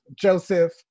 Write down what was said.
Joseph